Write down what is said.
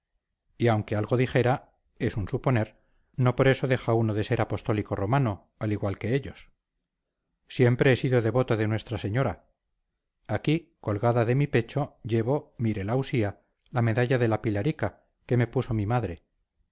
y aunque algo dijera es un suponer no por eso deja uno de ser apostólico romano al igual de ellos siempre he sido devoto de nuestra señora aquí colgada de mi pecho llevo mírela usía la medalla de la pilarica que me puso mi madre